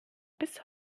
bis